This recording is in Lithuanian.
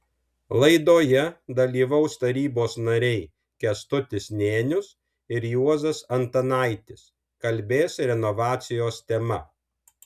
laidoje dalyvaus tarybos nariai kęstutis nėnius ir juozas antanaitis kalbės renovacijos tema